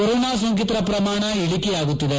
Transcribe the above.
corona ಸೋಂಕಿತರ ಪ್ರಮಾಣ ಇಳಿಕೆಯಾಗುತ್ಸಿದೆ